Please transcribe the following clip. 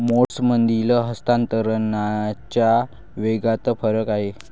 मोड्समधील हस्तांतरणाच्या वेगात फरक आहे